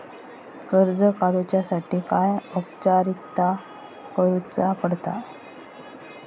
कर्ज काडुच्यासाठी काय औपचारिकता करुचा पडता?